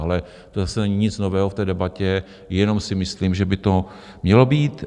Ale to zase není nic nového v té debatě, jenom si myslím, že by to mělo být.